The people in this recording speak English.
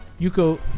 Yuko